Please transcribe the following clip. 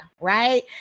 right